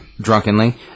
drunkenly